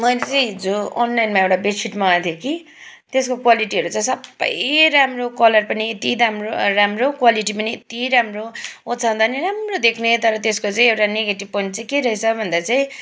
मैले चाहिँ हिजो अनलाइनमा एउटा बेडसिट मगाएको थिएँ कि त्यसको क्वालिटीहरू चाहिँ सबै राम्रो कलर पनि यति राम्रो क्वालिटी पनि यति राम्रो ओछ्याउँदा पनि राम्रो देख्ने तर त्यसको चाहिँ एउटा नेगेटिभ पोइन्ट चाहिँ के रहेछ भन्दा चाहिँ